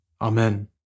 Amen